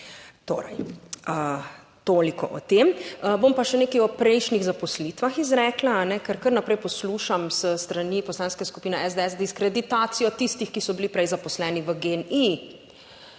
toliko o tem, bom pa še nekaj o prejšnjih zaposlitvah izrekla, ker kar naprej poslušam s strani Poslanske skupine SDS diskreditacijo tistih, ki so bili prej zaposleni v GEN-I.